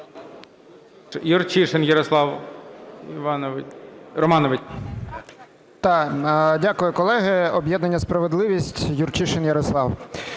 Юрчишин Ярослав Романович.